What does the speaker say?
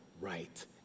right